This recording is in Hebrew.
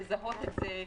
לזהות את זה,